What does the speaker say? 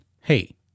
Hey